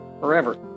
forever